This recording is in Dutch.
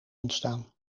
ontstaan